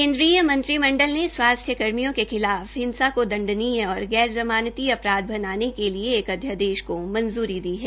केन्द्रीय मंत्रिमंडल ने स्वास्थ्य कर्मियों के खिलाफ हिंसा को दंडनीय और गैर जमानती अपराध बनाने के लिए अध्यादेश को मंजूरी दी है